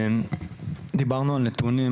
דיברנו על נתונים,